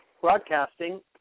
broadcasting